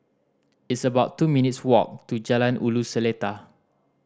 it's about two minutes' walk to Jalan Ulu Seletar